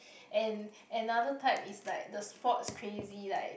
and another type is like the sports crazy like